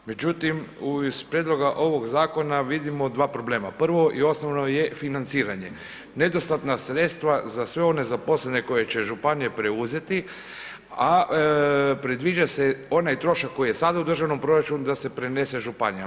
Međutim, iz prijedloga ovog zakona vidimo dva problema, prvo i osnovno je financiranje, nedostatna sredstva za sve one zaposlene koje će županija preuzeti, a predviđa se onaj trošak koji je sad u državnom proračunu da se prenese županijama.